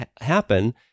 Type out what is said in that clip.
happen